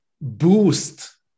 boost